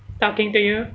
talking to you